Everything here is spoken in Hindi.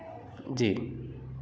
जी